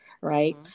right